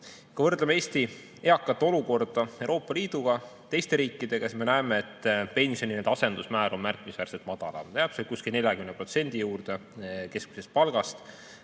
Kui võrdleme Eesti eakate olukorda Euroopa Liidu ja teiste riikide omaga, siis me näeme, et pensioni asendusmäär on märkimisväärselt madalam, jääb kuskil 40% juurde keskmisest palgast.